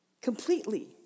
completely